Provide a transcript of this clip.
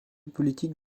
politique